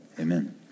amen